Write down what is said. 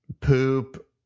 poop